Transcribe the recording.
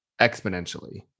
exponentially